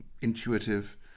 intuitive